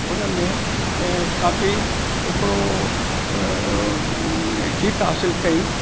उनमें ऐं काफ़ी हिकिड़ो जीत हासिलु कई